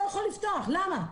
לא יכול לפתוח למה?